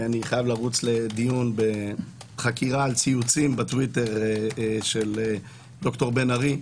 אני חייב לרוץ לדיון על חקירת ציוצים בטוויטר של ד"ר בן ארי,